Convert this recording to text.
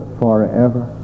forever